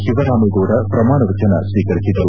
ಶಿವರಾಮೇಗೌಡ ಪ್ರಮಾಣ ವಚನ ಸ್ವೀಕರಿಸಿದರು